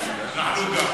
אנחנו גם.